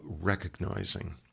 recognizing